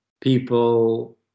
People